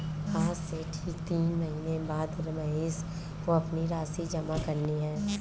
आज से ठीक तीन महीने बाद महेश को अपनी राशि जमा करनी है